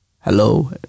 hello